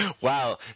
Wow